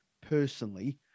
personally